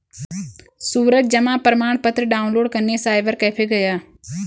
सूरज जमा प्रमाण पत्र डाउनलोड करने साइबर कैफे गया